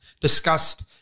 discussed